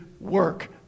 work